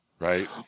Right